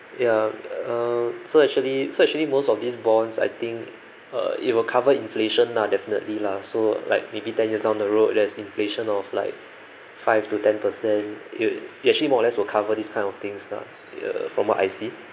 ya uh so actually so actually most of these bonds I think uh it will cover inflation lah definitely lah so like maybe ten years down the road there's inflation of like five to ten percent you actually more or less will cover these kind of things lah uh from what I see